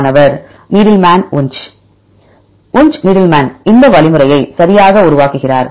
மாணவர் Needleman Wunsch Wunsch Needleman இந்த வழிமுறையை சரியாக உருவாக்குகிறார்